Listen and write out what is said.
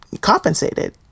compensated